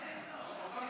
נתקבל.